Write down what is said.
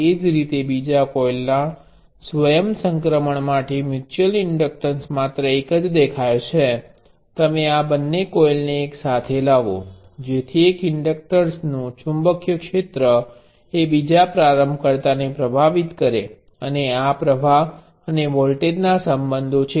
એ જ રીતે બીજા કોઇલના સ્વયં સંક્રમણ માટે મ્યુચ્યુઅલ ઇન્ડક્ટન્સ માત્ર એક જ દેખાય છે તમે આ બંને કોઇલને એક સાથે લાવો જેથી એક ઇન્ડક્ટર નુ ચુંબકીય ક્ષેત્ર એ બીજા પ્રારંભકર્તા ને પ્રભાવિત કરે અને આ પ્રવાહ અને વોલ્ટેજ ના સંબંધો છે